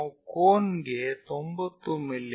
ನಾವು ಕೋನ್ಗೆ 90 ಮಿ